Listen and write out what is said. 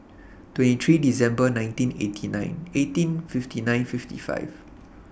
twenty three December nineteen eighty nine eighteen fifty nine fifty five